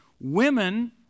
Women